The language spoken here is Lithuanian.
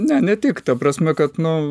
ne ne tik ta prasme kad nu